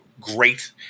great